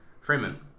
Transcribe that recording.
Freeman